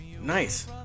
nice